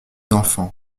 enfants